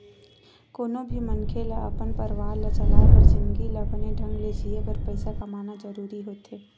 कोनो भी मनखे ल अपन परवार ला चलाय बर जिनगी ल बने ढंग ले जीए बर पइसा कमाना जरूरी होथे